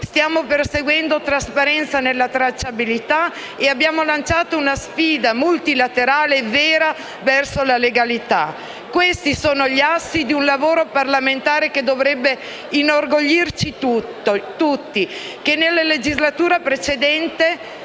Stiamo perseguendo trasparenza nella tracciabilità e abbiamo lanciato una sfida multilaterale vera verso la legalità. Questi sono gli assi di un lavoro parlamentare che dovrebbe inorgoglirci tutti e che nella legislatura precedente